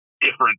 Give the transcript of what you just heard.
different